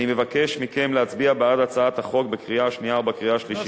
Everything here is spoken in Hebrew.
אני מבקש מכם להצביע בעד הצעת החוק בקריאה השנייה ובקריאה השלישית.